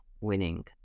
winning